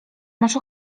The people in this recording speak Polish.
masz